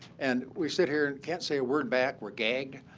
and we sit here and can't say a word back. we're gagged.